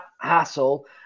hassle